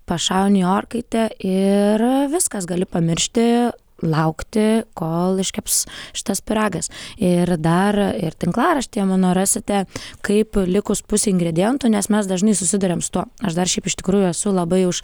pašauni į orkaitę ir viskas gali pamiršti laukti kol iškeps šitas pyragas ir dar ir tinklaraštyje mano rasite kaip likus pusei ingredientų nes mes dažnai susiduriam su tuo aš dar šiaip iš tikrųjų esu labai už